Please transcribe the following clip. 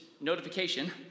notification